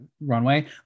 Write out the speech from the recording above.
runway